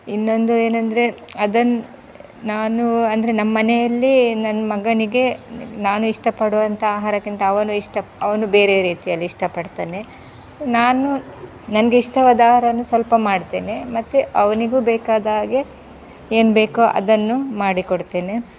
ಇನ್ನೊಂದು ಏನಂದರೆ ಅದನ್ನು ನಾನು ಅಂದರೆ ನಮ್ಮನೆಯಲ್ಲಿ ನನ್ನ ಮಗನಿಗೆ ನಾನು ಇಷ್ಟಪಡುವಂಥ ಆಹಾರಕ್ಕಿಂತ ಅವನು ಇಷ್ಟ ಅವನು ಬೇರೆ ರೀತಿಯಲ್ಲಿ ಇಷ್ಟಪಡ್ತಾನೆ ನಾನು ನನಗೆ ಇಷ್ಟವಾದ ಆಹಾರವನ್ನು ಸ್ವಲ್ಪ ಮಾಡ್ತೇನೆ ಮತ್ತು ಅವನಿಗೂ ಬೇಕಾದಾಗೆ ಏನು ಬೇಕೊ ಅದನ್ನು ಮಾಡಿಕೊಡ್ತೇನೆ